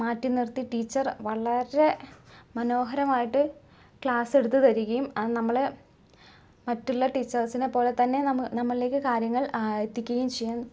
മാറ്റി നിർത്തി ടീച്ചർ വളരെ മനോഹരമായിട്ട് ക്ലാസ്സെടുത്തു തരുകയും ആ നമ്മളെ മറ്റുള്ള ടീച്ചേഴ്സിനെ പോലെ തന്നെ നമ്മൾ നമ്മളിലേക്ക് കാര്യങ്ങൾ എത്തിക്കുകയും ചെയ്യും